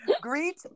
greet